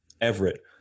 Everett